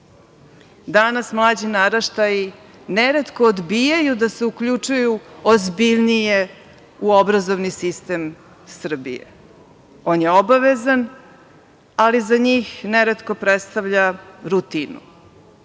danas mlađi naraštaji neretko odbijaju da se uključuju ozbiljnije u obrazovni sistem Srbije. On je obavezan, ali za njih neretko predstavlja rutinu.